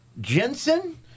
Jensen